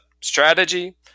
strategy